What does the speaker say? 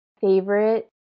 favorite